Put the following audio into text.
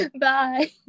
Bye